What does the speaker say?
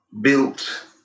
built